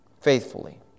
faithfully